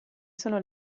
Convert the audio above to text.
sono